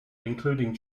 including